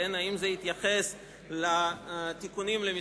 האם זה התייחס לתיקונים למס'